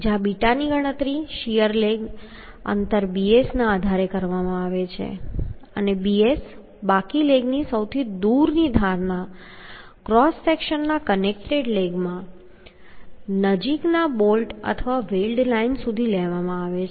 જ્યાં બીટાની ગણતરી શીયર લેગ અંતર bsના આધારે કરવામાં આવે છે અને bs બાકી લેગની સૌથી દૂરની ધારથી ક્રોસ સેક્શનના કનેક્ટેડ લેગમાં નજીકના બોલ્ટ અથવા વેલ્ડ લાઇન સુધી લેવામાં આવે છે